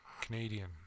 Canadian